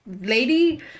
lady